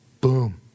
Boom